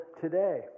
today